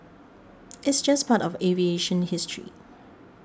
it's just part of aviation history